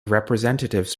representatives